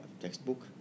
textbook